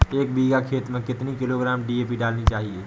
एक बीघा खेत में कितनी किलोग्राम डी.ए.पी डालनी चाहिए?